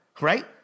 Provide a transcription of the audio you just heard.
right